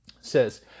says